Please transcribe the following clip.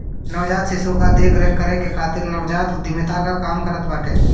नवजात शिशु कअ देख रेख करे खातिर नवजात उद्यमिता काम करत बाटे